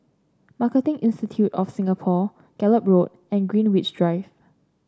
Marketing Institute of Singapore Gallop Road and Greenwich Drive